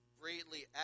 greatly